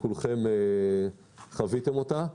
כולכם חוויתם אותה.